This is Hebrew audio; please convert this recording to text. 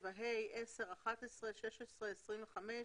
7ה, 10, 11, 16, 25,